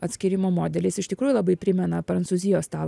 atskyrimo modelis iš tikrųjų labai primena prancūzijos tą